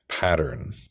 Pattern